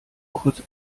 kurz